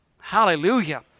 hallelujah